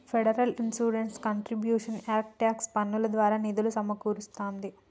federal insurance contributions act tax పన్నుల ద్వారా నిధులు సమకూరుస్తాంది